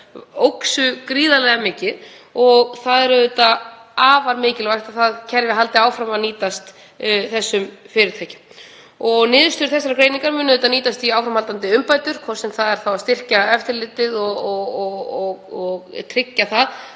uxu gríðarlega mikið. Það er auðvitað afar mikilvægt að það kerfi haldi áfram að nýtast fyrirtækjum. Niðurstöður þessarar greiningar munu auðvitað nýtast í áframhaldandi umbætur, hvort sem það er þá að styrkja eftirlitið og tryggja að